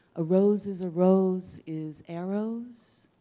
a rose is a rose is arrows.